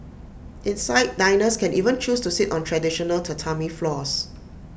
inside diners can even choose to sit on traditional Tatami floors